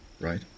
right